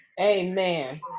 Amen